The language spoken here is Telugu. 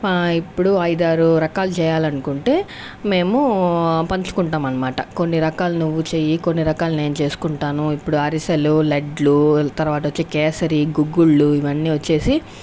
ఇప్పుడు ఐదారు రకాలు చేయాలనుకుంటే మేము పంచుకుంటాం అనమాట కొన్ని రకాల నువ్వు చెయ్యి కొన్ని రకాలు నేను చేసుకుంటాను ఇప్పుడు అరిసెలు లడ్లు తర్వాత వచ్చి కేసరి గుగ్గులు ఇవన్నీ వచ్చేసి